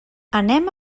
anem